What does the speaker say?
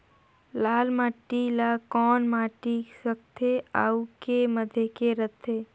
लाल माटी ला कौन माटी सकथे अउ के माधेक राथे?